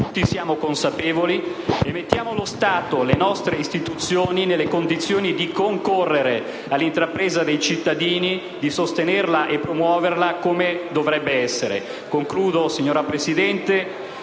tutti siamo consapevoli e mettiamo lo Stato e le nostre istituzioni nelle condizioni di concorrere all'intrapresa dei cittadini, di sostenerla e promuoverla come dovrebbe essere. Signora Presidente,